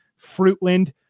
Fruitland